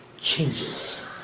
changes